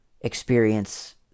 experience